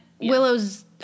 willow's